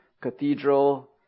cathedral